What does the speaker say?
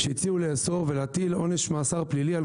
שהציעו לאסור ולהטיל עונש מאסר פלילי על